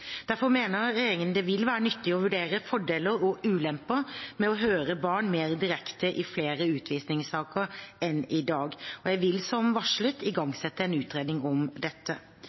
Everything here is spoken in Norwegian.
Derfor mener regjeringen at det vil være nyttig å vurdere fordeler og ulemper med å høre barn mer direkte i flere utvisningssaker enn i dag. Jeg vil som varslet igangsette en utredning om dette.